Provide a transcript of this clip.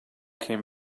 came